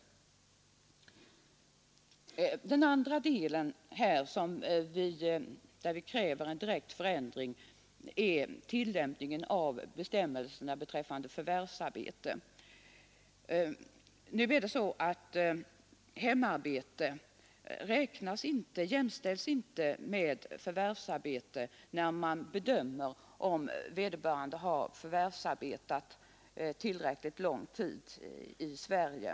Den andra delen där vi kräver en direkt förändring är tillämpningen av bestämmelserna beträffande förvärvsarbete. Nu jämställs inte hemarbete med förvärvsarbete, när det bedöms om vederbörande har förvärvsarbetat tillräckligt lång tid i Sverige.